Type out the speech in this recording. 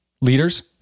leaders